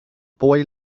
boy